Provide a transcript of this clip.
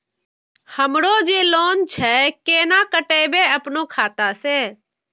हमरो जे लोन छे केना कटेबे अपनो खाता से?